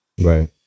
right